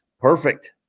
Perfect